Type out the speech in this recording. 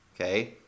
okay